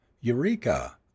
Eureka